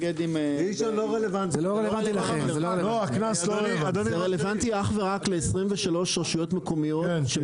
זה רלוונטי אך ורק ל- 23 רשויות מקומיות,